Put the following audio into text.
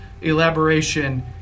elaboration